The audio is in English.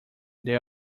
there